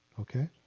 Okay